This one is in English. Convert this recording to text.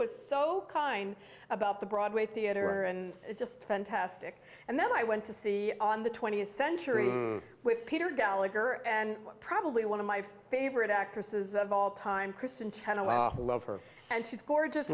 was so kind about the broadway theater and just fantastic and then i went to see on the twentieth century with peter gallagher and probably one of my favorite actresses of all time kristen tend to love her and she's gorgeous